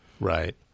Right